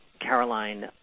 Caroline